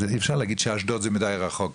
אז אי אפשר להגיד שאשדוד זה מדי רחוק.